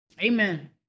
Amen